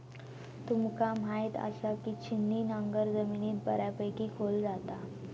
तुमका म्हायत आसा, की छिन्नी नांगर जमिनीत बऱ्यापैकी खोल जाता